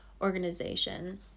organization